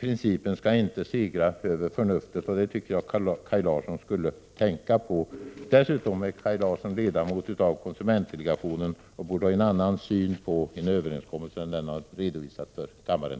principen inte bör få segra över förnuftet. Det tycker jag att Kaj Larsson borde tänka på. Dessutom är Kaj Larsson ledamot av konsumentdelegationen och borde som sådan ha en annan syn på en överenskommelse än den han redovisat för kammaren.